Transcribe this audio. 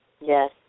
Yes